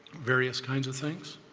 various kinds of things.